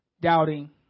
doubting